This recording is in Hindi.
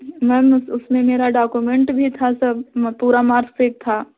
मैम उसमें मेरा डॉक्यूमेंट भी था सब पूरा मार्कशीट था